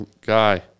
Guy